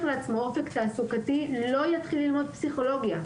לעצמו אופק תעסוקתי לא יתחיל ללמוד פסיכולוגיה.